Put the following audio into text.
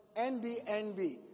NBNB